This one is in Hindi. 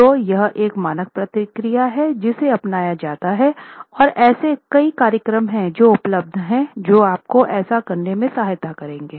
तो यह एक मानक प्रक्रिया है जिसे अपनाया जाता है और ऐसे कई कार्यक्रम हैं जो उपलब्ध हैं जो आपको ऐसा करने में सहायता करेंगे